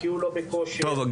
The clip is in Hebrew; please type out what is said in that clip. כי הוא לא בכושר --- גיא,